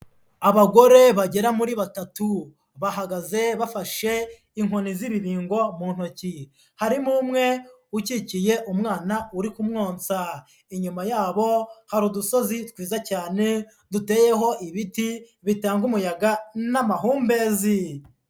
Abagore bagera muri batatu bahagaze bafashe inkoni z'ibibingo mu ntoki, harimo umwe ukikiye umwana uri kumwonsa, inyuma yabo hari udusozi twiza cyane duteyeho ibiti bitanga umuyaga n'amahumbezi.